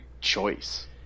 choice